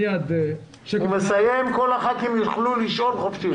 כשהוא מסיים כל הח"כים יוכלו לשאול חופשי.